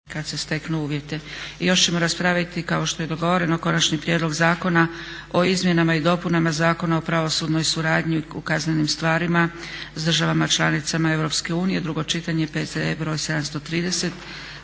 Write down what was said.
Dragica (SDP)** I još ćemo raspraviti kao što je dogovoreno - Konačni prijedlog zakona o izmjenama i dopunama Zakona o pravosudnoj suradnji u kaznenim stvarima s državama članicama Europske unije, drugo čitanje, P.Z.E. br. 730.